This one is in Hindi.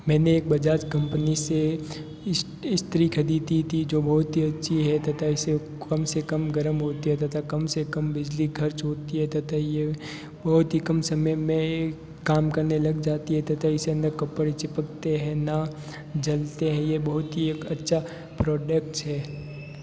मैंने एक बजाज कम्पनी से इस्त्री ख़रीदी थी जो बहुत ही अच्छी है तथा इस से कम से कम गर्म होती है तथा कम से कम बिजली ख़र्च होती है तथा ये बहुत ही कम समय में काम करने लग जाती है तथा इसे के अंदर ना कपड़े चिपकते हैं ना जलते हैं ये बहुत ही एक अच्छा प्रोडक्ट्स है